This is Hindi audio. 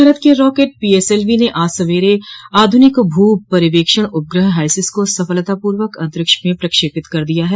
भारत के रॉकेट पीएसएलवी ने आज सवेरे आध्रनिक भू पर्यवेक्षण उपग्रह हाईसिस को सफलतापूर्वक अंतरिक्ष में प्रक्षेपित कर दिया है